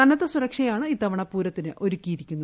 കനത്ത സുരക്ഷയാണ് ഇത്തവണ പൂരത്തിന് ഒരുക്കിയിരിക്കുന്നത്